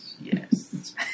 yes